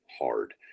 hard